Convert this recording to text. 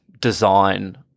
design